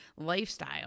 lifestyle